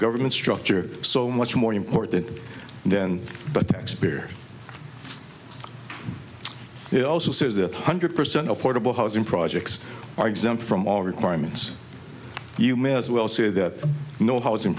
government structure so much more important then but the taxpayer it also says that hundred percent affordable housing projects are exempt from all requirements you may as well say that no housing